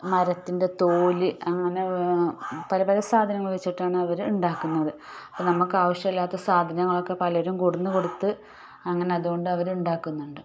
മരത്തിൻ്റെ തോല് അങ്ങനെ പല പല സാധനങ്ങൾ വച്ചിട്ടാണ് അവർ ഉണ്ടാക്കുന്നത് അപ്പം നമുക്കാവശ്യമില്ലാത്ത സാധനങ്ങളൊക്കെ പലരും കൊണ്ട് വന്ന് കൊടുത്ത് അങ്ങനെ അതു കൊണ്ട് അവർ ഉണ്ടാക്കുന്നുണ്ട്